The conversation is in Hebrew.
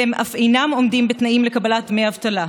והם אף אינם עומדים בתנאים לקבלת דמי אבטלה.